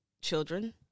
children